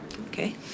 Okay